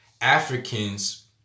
Africans